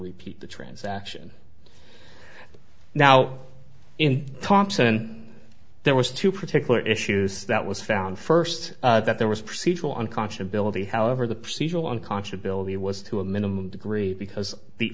repeat the transaction now in thompson there was two particular issues that was found first that there was procedural unconscious ability however the procedural unconscious ability was to a minimum degree because the